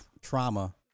trauma